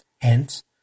Hence